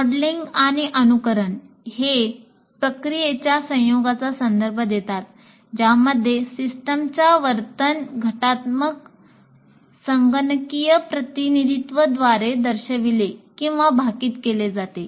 modelling हे प्रक्रियेच्या संयोगाचा संदर्भ देतात ज्यामध्ये सिस्टमच्या वर्तन घटात्मक संगणकीय प्रतिनिधीत्व द्वारे दर्शविले किंवा भाकीत केले जाते